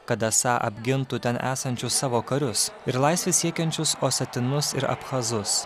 kad esą apgintų ten esančius savo karius ir laisvės siekiančius osetinus ir abchazus